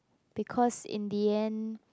because in the end